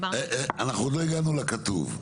אנחנו עוד לא הגענו לכתוב.